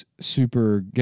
Super